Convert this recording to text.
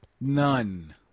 None